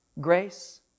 grace